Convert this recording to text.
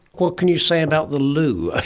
what can you say about the loo? ah